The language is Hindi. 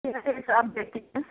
क्या हिसाब दे सकते हैं